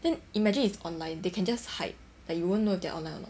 then imagine it's online they can just hide like you won't know if they're online or not